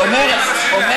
הוא אומר למחוקקים.